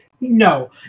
no